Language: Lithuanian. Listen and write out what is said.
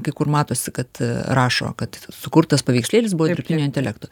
kai kur matosi kad rašo kad sukurtas paveikslėlis buvo dirbtinio intelekto